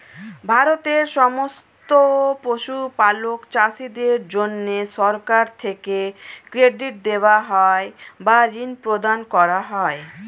ভারতের সমস্ত পশুপালক চাষীদের জন্যে সরকার থেকে ক্রেডিট দেওয়া হয় বা ঋণ প্রদান করা হয়